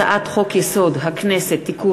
הצעת חוק-יסוד: הכנסת (תיקון,